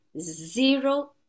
zero